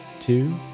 two